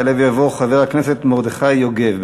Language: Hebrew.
יעלה ויבוא חבר הכנסת מרדכי יוגב.